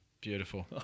Beautiful